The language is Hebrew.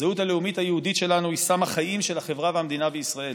הזהות הלאומית היהודית שלנו היא סם החיים של החברה והמדינה בישראל.